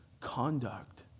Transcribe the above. conduct